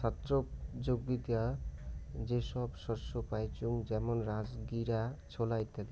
ছাস্থ্যোপযোগীতা যে সব শস্য পাইচুঙ যেমন রাজগীরা, ছোলা ইত্যাদি